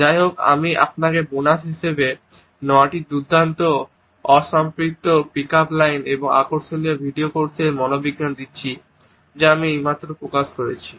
যাইহোক আমি আপনাকে বোনাস হিসাবে 9টি দুর্দান্ত অসম্পৃক্ত পিক আপ লাইন এবং আকর্ষণ ভিডিও কোর্সের মনোবিজ্ঞান দিচ্ছি যা আমি এইমাত্র প্রকাশ করেছি